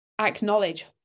acknowledge